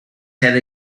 had